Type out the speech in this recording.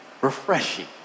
Refreshing